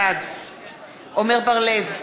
בעד עמר בר-לב,